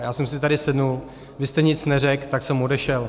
Já jsem si tady sedl, vy jste nic neřekl, tak jsem odešel.